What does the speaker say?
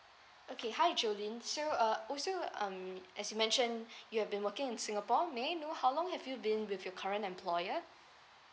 okay hi jolene so uh also um as you mentioned you have been working in singapore may I know how long have you been with your current employer